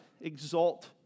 exalt